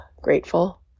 grateful